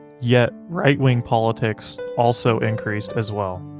yet right-wing politics also increased as well.